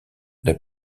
n’a